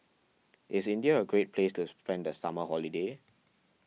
is India a great place to spend the summer holiday